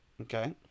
Okay